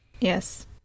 Yes